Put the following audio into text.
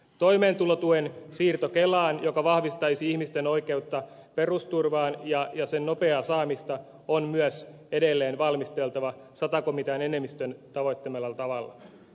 toimeentulotuen siirto kelaan joka vahvistaisi ihmisten oikeutta perusturvaan ja sen nopeaa saamista on myös edelleen valmisteltava sata komitean enemmistön tavoittelemalla tavalla